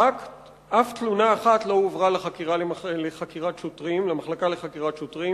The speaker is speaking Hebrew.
אף תלונה אחת לא הועברה למחלקה לחקירות שוטרים.